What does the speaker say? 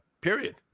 period